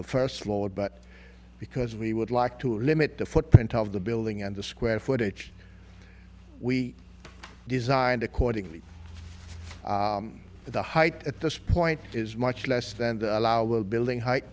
the first floor but because we would like to limit the footprint of the building and the square footage we designed accordingly the height at this point is much less than the allow the building h